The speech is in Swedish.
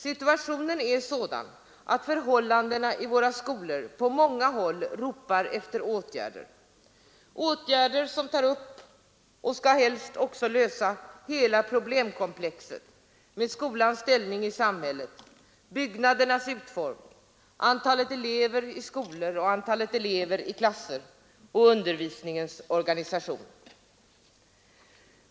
Situationen är sådan att förhållandena i våra skolor på många håll ropar efter åtgärder, åtgärder som tar upp och helst också skall lösa hela problemkomplexet med skolans ställning i samhället, byggnadernas utformning, antalet elever i skolor och klasser och undervisningens organisation.